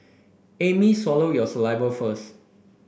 Amy swallow your saliva first